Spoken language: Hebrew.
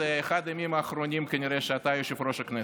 זה כנראה אחד הימים האחרונים שלך כיושב-ראש הכנסת.